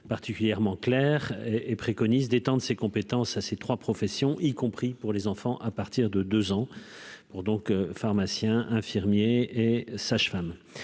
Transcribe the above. particulièrement claires et et préconise d'étendre ses compétences à ces 3 professions y compris pour les enfants à partir de 2 ans pour donc pharmaciens, infirmiers et sages-femmes,